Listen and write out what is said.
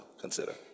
consider